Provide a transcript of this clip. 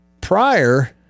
prior